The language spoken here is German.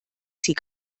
sie